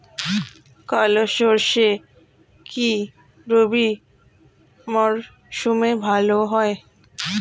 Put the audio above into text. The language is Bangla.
কালো সরষে কি রবি মরশুমে ভালো হয়?